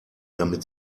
damit